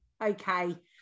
okay